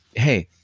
hey,